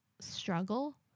struggle